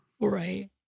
Right